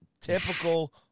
typical